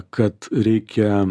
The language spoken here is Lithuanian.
kad reikia